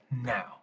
now